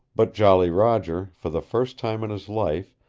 but jolly roger, for the first time in his life,